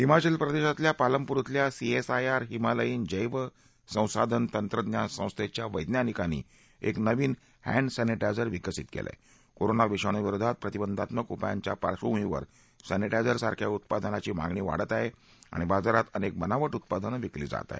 हिमाचल प्रदेशातल्या पालमपूर इथल्या CSIR Himalayan जैव संसाधन तंत्रज्ञान संस्थेच्या वैज्ञानिकांनी एक नविन हह्वसर्वा विषाणू विरोधात प्रतिबंधात्मक उपायांच्या पार्श्वभूमीवर सर्वा इझर सारख्या उत्पादनाची मागणी वाढत आहे आणि बाजारात अनेक बनाव उत्पादनं विकली जात आहे